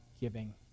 giving